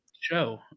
show